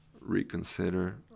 reconsider